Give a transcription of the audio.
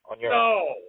No